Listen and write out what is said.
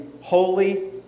holy